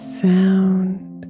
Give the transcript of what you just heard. sound